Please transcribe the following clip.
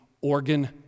organ